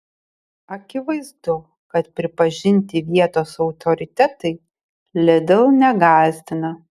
akivaizdu kad pripažinti vietos autoritetai lidl negąsdina